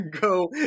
go